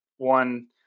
one